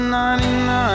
99%